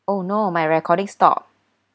oh no my recording stop